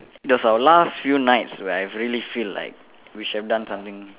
that's our last few nights where I really feel like we should have done something